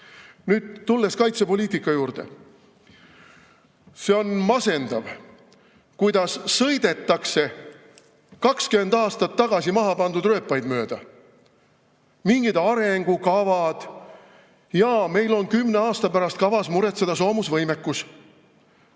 tulles kaitsepoliitika juurde: see on masendav, kuidas sõidetakse 20 aastat tagasi maha pandud rööpaid mööda. Mingid arengukavad, jaa, meil on kümne aasta pärast kavas muretseda soomusvõimekus.